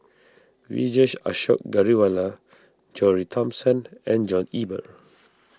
Vijesh Ashok Ghariwala John Re Thomson and John Eber